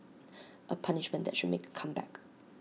A punishment that should make A comeback